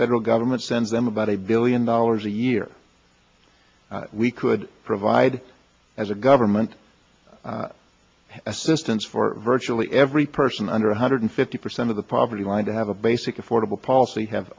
federal government sends them about a billion dollars a year we could provide as a government assistance for virtually every person under one hundred fifty percent of the poverty line to have a basic affordable policy have